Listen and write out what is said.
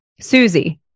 Susie